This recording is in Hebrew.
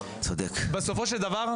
בסופו של דבר,